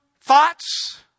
thoughts